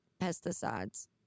pesticides